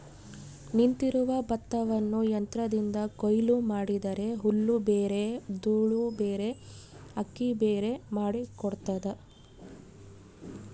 ನಿಂತಿರುವ ಭತ್ತವನ್ನು ಯಂತ್ರದಿಂದ ಕೊಯ್ಲು ಮಾಡಿದರೆ ಹುಲ್ಲುಬೇರೆ ದೂಳುಬೇರೆ ಅಕ್ಕಿಬೇರೆ ಮಾಡಿ ಕೊಡ್ತದ